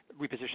reposition